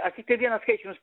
aš tiktai vieną skaičių jums